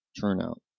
turnout